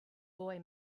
boy